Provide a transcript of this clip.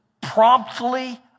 promptly